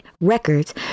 records